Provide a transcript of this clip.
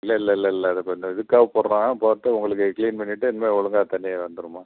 இல்லை இல்லை இல்லை இல்லை அது இப்போ இந்த இதுக்காக போடுறேன் போட்டு உங்களுக்கு க்ளீன் பண்ணிட்டு இனிமேல் ஒழுங்கா தண்ணி வந்துடும்மா